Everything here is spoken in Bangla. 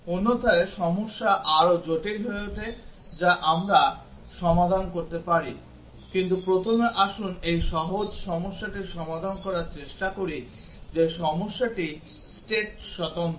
অন্যথায় সমস্যা আরো জটিল হয়ে ওঠে যা আমরা সমাধান করতে পারি কিন্তু প্রথমে আসুন এই সহজ সমস্যাটি সমাধান করার চেষ্টা করি যে সমস্যাটি state স্বতন্ত্র